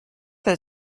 that